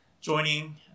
joining